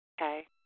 Okay